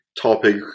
topic